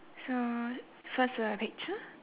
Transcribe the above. so first the picture